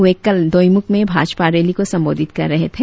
वे कल दोईमुख में भाजपा रैली को संबोधित कर रहे थे